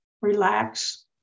relax